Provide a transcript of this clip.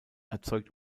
erzeugt